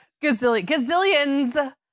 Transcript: Gazillions